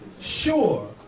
sure